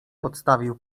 podstawił